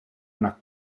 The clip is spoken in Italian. una